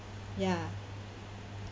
ya